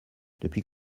depuis